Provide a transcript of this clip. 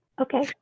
okay